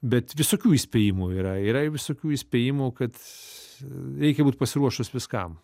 bet visokių įspėjimų yra yra ir visokių įspėjimų kad reikia būti pasiruošus viskam